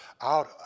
out